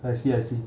I see I see